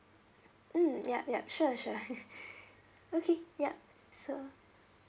mm ya ya sure sure okay yup so